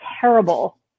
terrible